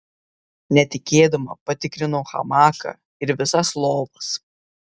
netikėdama patikrinau hamaką ir visas lovas